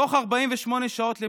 תוך 48 שעות,